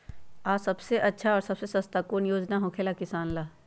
आ सबसे अच्छा और सबसे सस्ता कौन योजना होखेला किसान ला?